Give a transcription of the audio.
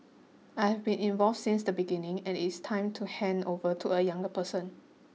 I have been involved since the beginning and it is time to hand over to a younger person